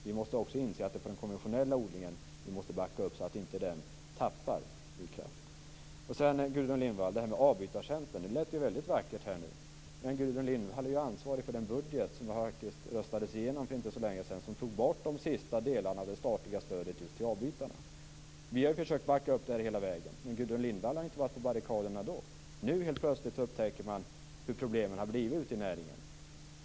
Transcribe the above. Vi måste också inse att den konventionella odlingen måste backas upp, så att den inte tappar kraft. Det som Gudrun Lindvall nyss sade om avbytartjänsten lät vidare väldigt vackert, men Gudrun Lindvall har ju ett ansvar för den budget som röstades igenom för inte så länge sedan. I den tog man bort de sista delarna av det statliga stödet till avbytarna. Vi har hela vägen ut försökt att backa upp detta stöd, men då har Gudrun Lindvall inte stått på barrikaderna. Nu upptäcker man helt plötsligt vilka problem som har uppstått ute i näringen.